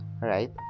right